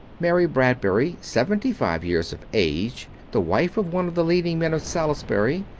mary bradbury, seventy-five years of age, the wife of one of the leading men of salisbury,